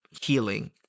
healing